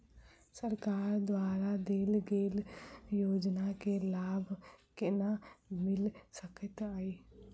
सरकार द्वारा देल गेल योजना केँ लाभ केना मिल सकेंत अई?